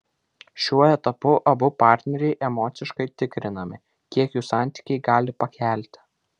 šiuo etapu abu partneriai emociškai tikrinami kiek jų santykiai gali pakelti